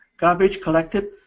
garbage-collected